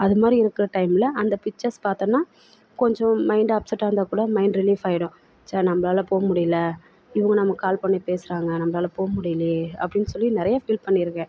அது மாதிரி இருக்கிற டைமில் அந்த பிச்சர்ஸ் பார்த்தோனா கொஞ்சம் மைண்டு அப்செட்டாக இருந்தால்க் கூட மைண்ட் ரிலீஃபாகிடும் ச்ச நம்மளால போக முடியல இவங்க நமக்கு கால் பண்ணி பேசுகிறாங்க நம்மளால போக முடியலியே அப்படின்னு சொல்லி நிறையா ஃபீல் பண்ணியிருக்கேன்